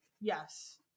Yes